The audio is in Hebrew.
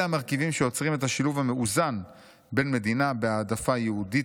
אלה המרכיבים שיוצרים את השילוב המאוזן בין מדינה בהעדפה יהודית